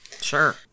Sure